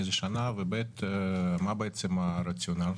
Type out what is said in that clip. מאיזה שנה, ו-ב', מה בעצם הרציונל?